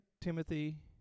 Timothy